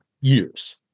years